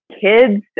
kids